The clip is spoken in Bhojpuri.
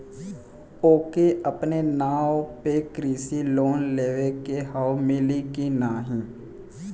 ओके अपने नाव पे कृषि लोन लेवे के हव मिली की ना ही?